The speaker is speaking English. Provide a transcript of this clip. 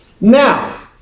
Now